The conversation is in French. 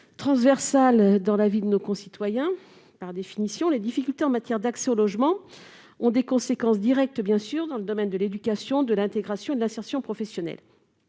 Transversales par définition, les difficultés en matière d'accès au logement ont des conséquences directes dans les domaines de l'éducation, de l'intégration et de l'insertion professionnelle.